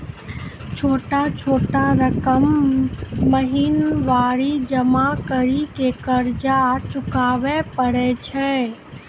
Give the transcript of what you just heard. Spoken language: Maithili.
छोटा छोटा रकम महीनवारी जमा करि के कर्जा चुकाबै परए छियै?